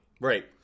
Right